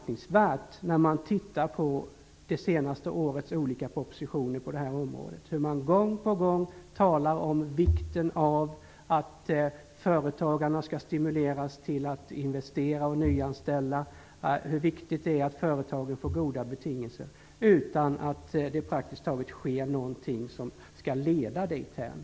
När man tittar på det senaste årets olika propositioner på området tycker jag att det är anmärkningsvärt hur det gång på gång talas om vikten av att företagarna skall stimuleras till att investera och nyanställa, och hur viktigt det är att företagen får goda betingelser. Detta görs utan att det praktiskt taget sker någonting som skall leda dithän.